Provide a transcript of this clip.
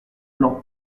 blanc